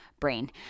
brain